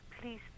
please